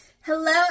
Hello